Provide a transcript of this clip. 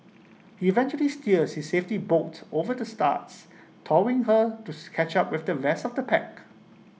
eventually steers his safety boat over the starts towing her to scatch up with the rest of the pack